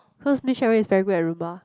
cause Miss Sharon is very good at Rumba